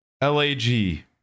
LAG